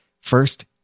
first